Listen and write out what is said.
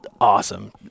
awesome